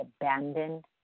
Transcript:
abandoned